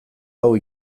hau